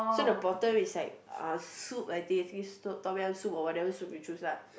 so the bottom is like uh soup I think Tom-Yum soup or whatever soup you choose lah